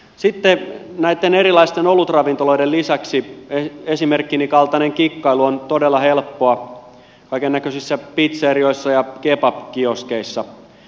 sitten näitten erilaisten olutravintoloiden lisäksi esimerkkini kaltainen kikkailu on todella helppoa kaikennäköisissä pitserioissa ja kebab kioskeissa